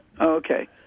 Okay